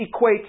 equates